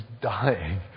dying